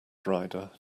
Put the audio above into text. rider